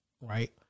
right